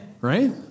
right